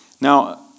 Now